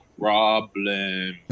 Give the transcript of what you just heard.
problem